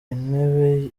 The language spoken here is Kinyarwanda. intebe